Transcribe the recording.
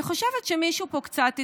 אני חושבת שמישהו פה קצת התבלבל,